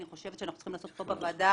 אני חושבת שאנחנו צריכים לעשות פה בוועדה